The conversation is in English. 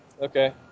Okay